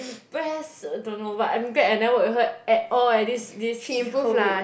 press don't know but I'm glad I never work with her at all eh this this whole week